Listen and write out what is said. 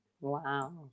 Wow